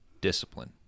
Discipline